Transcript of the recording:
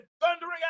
thundering